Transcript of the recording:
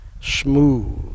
smooth